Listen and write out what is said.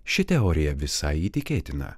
ši teorija visai įtikėtina